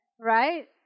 Right